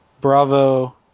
bravo